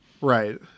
Right